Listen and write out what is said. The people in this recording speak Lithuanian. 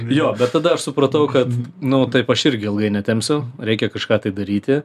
jo bet tada aš supratau kad nu taip aš irgi ilgai netempsiu reikia kažką tai daryti